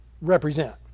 represent